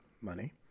money